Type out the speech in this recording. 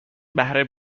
بهره